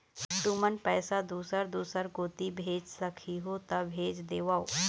तुमन पैसा दूसर दूसर कोती भेज सखीहो ता भेज देवव?